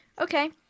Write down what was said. Okay